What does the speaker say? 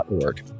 .org